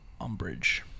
Umbridge